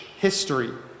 history